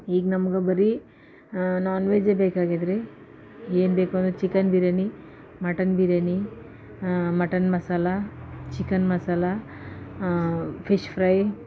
ಈಗ ನಮ್ಗೆ ಬರಿ ನಾನ್ ವೆಜೆ ಬೇಕಾಗಿದ್ರೀ ಏನು ಬೇಕೂಂದ್ರೆ chicken biryani mutton biryani mutton ಮಸಾಲೆ ಚಿಕನ್ ಮಸಾಲೆ ಫಿಶ್ ಫ್ರೈ